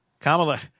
Kamala